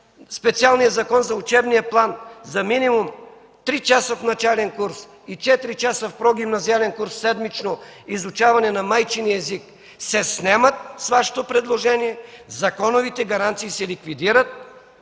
специалния закон за учебния план, за минимум три часа в начален курс и четири часа в прогимназиален курс седмично изучаване на майчин език, се снемат с Вашето предложение – законовите гаранции се ликвидират.